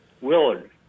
Willard